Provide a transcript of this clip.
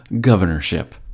governorship